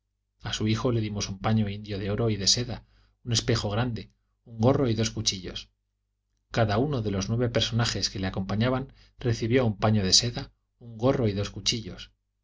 a su hijo le dimos un paño indio de oro y de seda un espejo grande un gorro y dos cuchillos cada uno de los nueve personajes que le acompañaban recibió un paño de seda un gorro y dos cuchillos